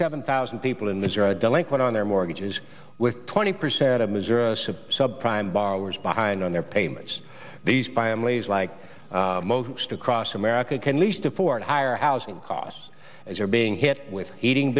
seven thousand people in missouri delinquent on their mortgages with twenty percent of missouri's subprime borrowers behind on their payments these families like most across america can least afford higher housing costs as are being hit with heating